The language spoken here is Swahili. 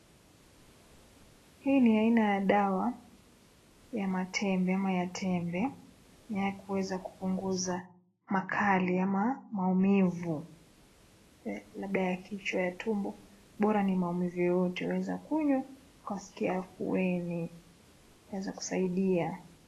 Hii ni aina ya dawa ya matembe ama ya tembe ya kuweza kupunguza makali ama maumivu, labda ya kichwa ama ya tumbo bora ni maumivu yoyote waweza kunywa ukaskia afueni yaweza kusaidia